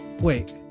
Wait